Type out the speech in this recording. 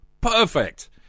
Perfect